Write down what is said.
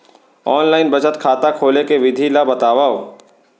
Online बचत खाता खोले के विधि ला बतावव?